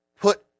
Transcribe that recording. put